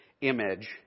image